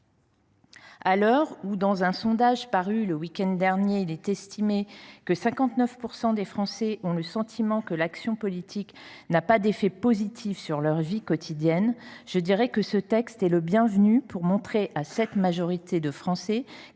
À l’heure où, selon un sondage paru le week end dernier, 59 % des Français ont le sentiment que l’action politique n’a pas d’effets positifs sur leur vie quotidienne, ce texte est le bienvenu pour montrer à cette majorité de Français